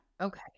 Okay